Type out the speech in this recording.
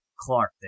Clark